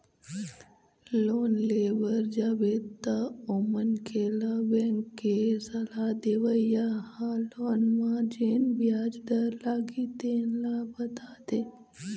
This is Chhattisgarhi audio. लोन ले बर जाबे तअमनखे ल बेंक के सलाह देवइया ह लोन म जेन बियाज दर लागही तेन ल बताथे